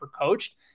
coached